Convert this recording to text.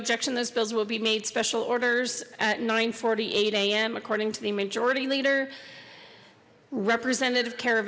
objection this bills will be made special orders at nine forty eight a m according to the majority leader representative car